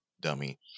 dummy